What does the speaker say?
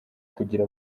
kugira